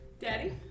Daddy